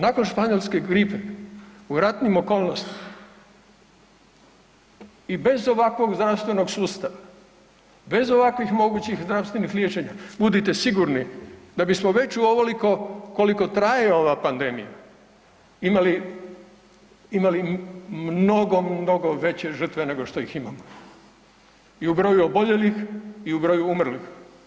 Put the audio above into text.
Nakon španjolske gripe u ratnim okolnostima i bez ovakvog zdravstvenog sustava, bez ovakvih mogućih zdravstvenih liječenja budite sigurni da bismo u ovoliko koliko traje ova pandemija imali mnogo, mnogo veće žrtve nego što ih imamo i u broju oboljelih i u broju umrlih.